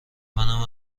منم